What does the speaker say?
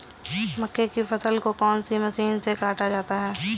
मक्के की फसल को कौन सी मशीन से काटा जाता है?